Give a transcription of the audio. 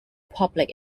public